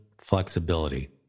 flexibility